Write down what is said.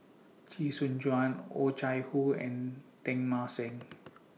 Chee Soon Juan Oh Chai Hoo and Teng Mah Seng